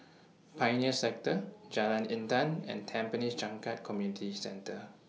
Pioneer Sector Jalan Intan and Tampines Changkat Community Centre